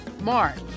March